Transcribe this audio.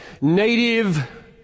native